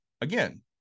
again